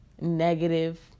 negative